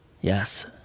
Yes